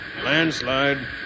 Landslide